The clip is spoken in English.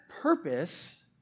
purpose